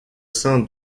sein